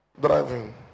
driving